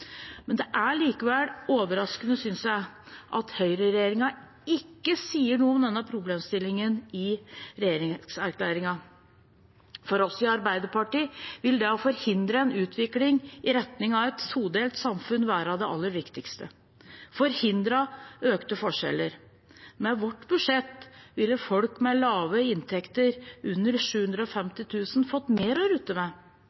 Men det er likevel overraskende, synes jeg, at høyreregjeringen ikke sier noe om denne problemstillingen i regjeringserklæringen. For oss i Arbeiderpartiet vil det å forhindre en utvikling i retning av et todelt samfunn være det aller viktigste, forhindre økte forskjeller. Med vårt budsjett ville folk med lave inntekter, under 750 000 kr, fått mer å rutte med, og